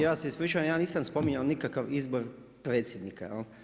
Ja se ispričavam ja nisam spominjao nikakav izbor predsjednika.